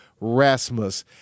Rasmus